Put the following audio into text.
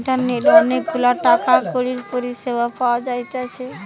ইন্টারনেটে অনেক গুলা টাকা কড়ির পরিষেবা পাওয়া যাইতেছে